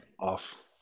off